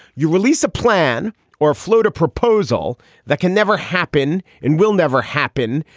you release a plan or float a proposal that can never happen and will never happen.